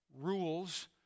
rules